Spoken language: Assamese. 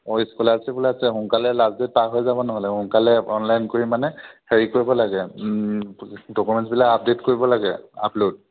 অঁ স্কলাৰশ্বিপ ওলাইছে সোনকালে লাষ্ট ডেট পাৰ হৈ যাব নহ'লে সোনকালে অনলাইন কৰি মানে হেৰি কৰিব লাগে ডকুমেণ্টছবিলাক আপডেট কৰিব লাগে আপলোড